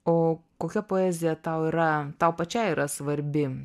o kokia poezija tau yra tau pačiai yra svarbi